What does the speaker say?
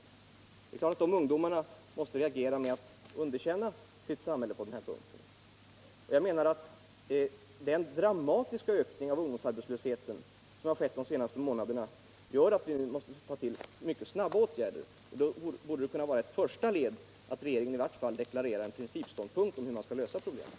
Det är klart att dessa ungdomar måste reagera med att underkänna sitt samhälle på denna punkt. Jag menar att den dramatiska ökning av ungdomsarbetslösheten som ägt rum under de senaste månaderna gör att vi måste vidta åtgärder mycket snabbt. Därför borde regeringen i varje fall som ett första led kunna deklarera en principståndpunkt om hur man skall lösa problemen.